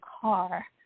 car